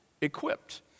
equipped